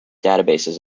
databases